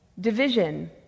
Division